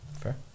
fair